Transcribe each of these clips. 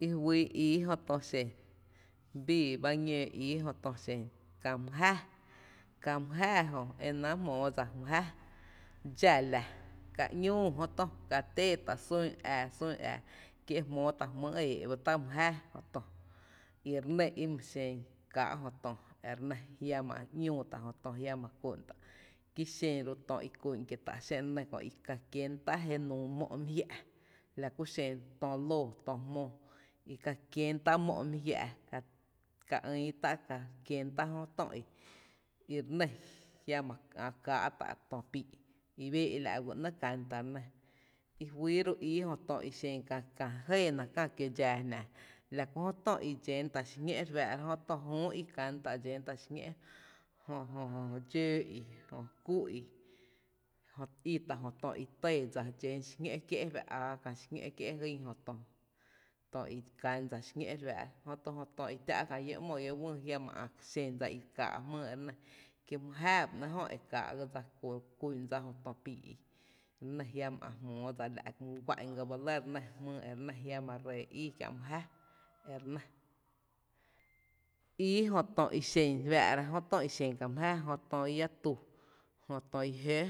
I fyy ii jö tö xen, bii ba ñǿǿ ii jö tö xen kää mý jáaá, kää mý jáaá jö e náá’ jmóó dsa, dxa la ka ‘ñúú jö tö, ka tee tá’ sún ää, sún ää kí e jmóó tá’ jmýý’ e éé’ ba tá’ mý jáaá, jötu i re nɇ i ma xen káá’ jö tö re nɇ jia má’ ‘ñúú tá’ jö Tö, jiama’ kú’n tá kí xen ru’ kié’ jö tö i kú’n tá’ xé’n re nɇ ka kien tá’ jenuu jéeé mó’ mý jia’ la kú xen tö lóoó tö jmoo, ka kiéntá’ mo’ mi jia’ ka ka ïïí tá’ ka kien tá’ jö tö i i re nɇ jiama ä’ kaa’ tá’ tö pii’ i bee’ la’ býga ‘nɇɇ’ kán tá’ re nɇ i fyy ro’ ii jö tö xen re jɇɇná kää, kä kió dxáá jnⱥⱥ´la kú jö tö i dxen tá’ xiñó’ re fáá’ra jö tö jü i, kan tá’ dxén tá’ xiñó’, jö dxóó’ i, jö kú i, i i tá’ jö tö i tɇɇ dsa xdxén tá’ xiñó’ kié’ fa’ aa dsa jötö i kan tá e dxentá’ xiñó’, jötu jö tö i tⱥ’ kää lló’ ‘mo llóó’ wÿÿ jiama ä’ xen dsa i káá’ jmyy re nɇ, kí my jáaá ba ‘nɇ’ jö e káá’ dsa e kú’n dsa jö tö píí’ i re nɇ jiama’ ä’ jmoo dsa la’ my guá’n ga ba lɇ re nɇ, jmýý e re nɇ jiama’ re ii kiä’ mý jáaá e re nɇ, ii jö tö i xen re fáá’ra jö tö i xen kää mý jáaá: jö tö iá tu, jö tö iá jö,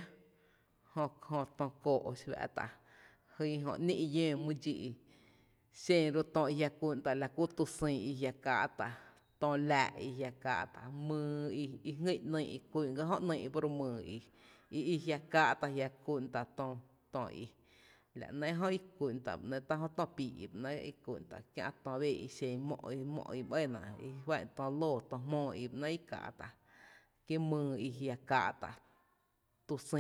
jö tö koo’ fá’tá’, jyn jö ‘ní’ llǿǿ mý dxí i, xen rú’ tö i jia’ kú’n tá’ la kú tu sÿÿ’ i jia’ káá’ tá’, tö laa’ i jia’ káá’ tá’, myy i jngý’n ‘nýý’ i, kú’n ga jö ‘nyy’ bo ró’ myy, i i jia’ káá’ tá’ jia’ kú’n tá’ tö, tö, la ‘nɇɇ’ jö i ku’n tá’ nɇɇ’ jö tö píí’ i ba nɇɇ’ i kú’n tá’, kiä’ tö bee’ í i xen mó’ i ba nɇɇ’, i fá’n tö lóoó, to jmóó i ba nɇɇ’ i káá’ tá’, kí myy i jia’ káá’ tá’ tu sÿÿ’.